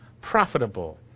profitable